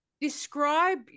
describe